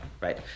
right